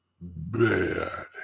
bad